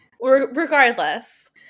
Regardless